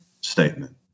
statement